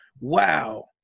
wow